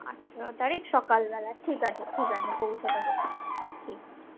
আঠারো তারিখ সকালবেলা ঠিক আছে ঠিক আছে পৌঁছে দেবো ঠিক আছে